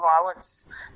violence